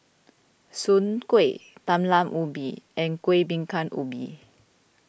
Soon Kway Talam Ubi and Kuih Bingka Ubi